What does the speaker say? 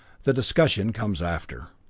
the discussion comes after.